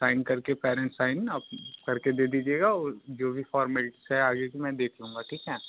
sign कर के parents sign आप कर के दे दीजिएगा और जो भी फॉर्मेलिस है आगे की मैं देख लूँगा ठीक है